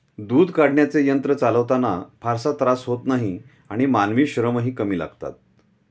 दूध काढण्याचे यंत्र चालवताना फारसा त्रास होत नाही आणि मानवी श्रमही कमी लागतात